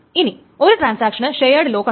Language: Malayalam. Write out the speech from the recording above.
ഇനി ഒരു ട്രാൻസാക്ഷന് ഷെയേട് ലോക്ക് ഉണ്ട്